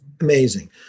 Amazing